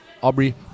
Aubrey